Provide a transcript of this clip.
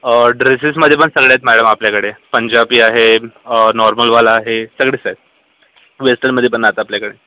ड्रेसेसमध्ये पण सगळे आहेत मॅडम आपल्याकडे पंजाबी आहे अ नॉर्मलवाला आहे सगळेच आहे वेस्टर्नमध्ये पण आहेत आपल्याकडे